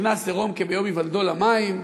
נכנס עירום כביום היוולדו למים.